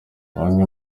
bamwe